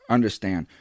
Understand